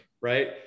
right